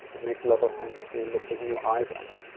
it makes a lot of sense to look with new eyes on it.